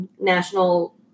National